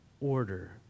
order